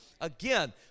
Again